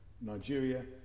Nigeria